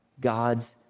God's